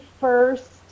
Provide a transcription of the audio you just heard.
first